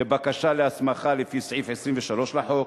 לבקשה להסכמה לפי סעיף 23 לחוק,